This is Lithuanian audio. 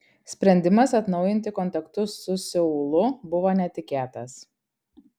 sprendimas atnaujinti kontaktus su seulu buvo netikėtas